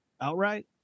Outright